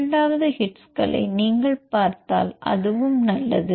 இரண்டாவது ஹிட்ஸ்களை நீங்கள் பார்த்தால் அதுவும் நல்லது